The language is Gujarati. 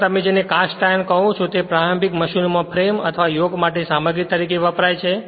આગળ તમે જેને કાસ્ટ આયર્ન કહો છો તે પ્રારંભિક મશીનોમાં ફ્રેમ અથવા યોક માટે સામગ્રી તરીકે વપરાય છે